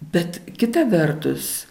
bet kita vertus